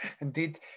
indeed